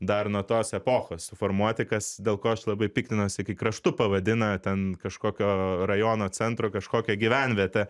dar nuo tos epochos suformuoti kas dėl ko aš labai piktinuosi kai kraštu pavadina ten kažkokio rajono centro kažkokią gyvenvietę